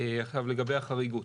לגבי החריגות,